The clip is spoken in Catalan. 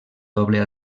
doble